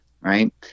Right